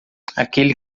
aquele